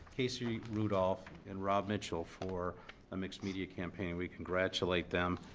casey rudolph and rob mitchell for a mixed media campaign. we congratulate them.